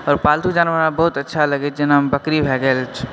आओर पालतू जानवर हमरा बहुत अच्छा लागैत जेनामे बकरी भए गेल